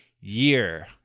year